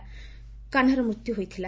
ଫଳରେ କାହ୍ନାର ମୃତ୍ୟୁ ହୋଇଥିଲା